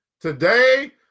Today